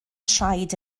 traed